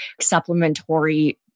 supplementary